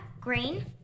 green